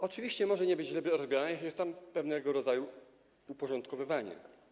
Oczywiście może nie być źle odbierana, jeśli jest tam pewnego rodzaju uporządkowywanie.